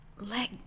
let